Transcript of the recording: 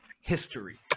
history